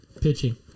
pitching